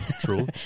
True